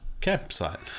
campsite